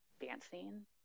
dancing